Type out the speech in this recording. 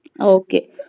Okay